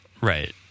Right